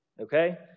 Okay